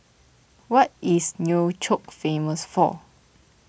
what is Nouakchott famous for